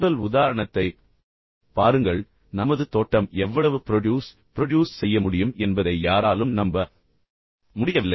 முதல் உதாரணத்தைப் பாருங்கள் நமது தோட்டம் எவ்வளவு ப்ரொட்யூஸ் ப்ரொட்யூஸ் செய்ய முடியும் என்பதை யாராலும் நம்ப முடியவில்லை